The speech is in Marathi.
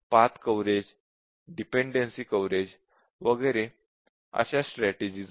पाथ कव्हरेज डिपेंडन्सी कव्हरेज वगैरे अशा स्ट्रॅटेजिज आहेत